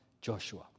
Joshua